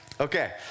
okay